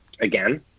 again